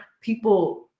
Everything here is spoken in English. people